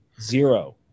Zero